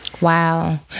Wow